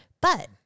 But-